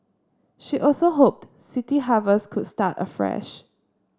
she also hoped City Harvest could start afresh